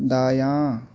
دایاں